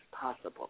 possible